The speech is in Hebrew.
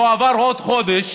לא עבר עוד חודש